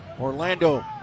Orlando